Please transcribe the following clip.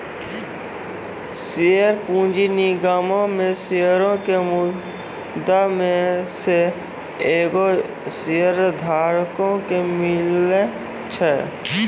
share पूंजी निगमो मे शेयरो के मुद्दइ मे से एगो शेयरधारको के मिले छै